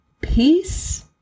Peace